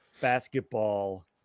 basketball